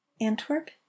Antwerp